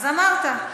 אז אמרת.